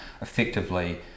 effectively